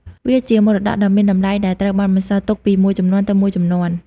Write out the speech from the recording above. វាជាមរតកដ៏មានតម្លៃ ដែលត្រូវបានបន្សល់ទុកពីមួយជំនាន់ទៅមួយជំនាន់។